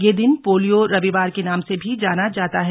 यह दिन पोलियो रविवार के नाम से भी जाना जाता है